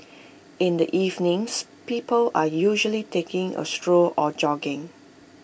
in the evenings people are usually taking A stroll or jogging